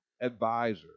advisor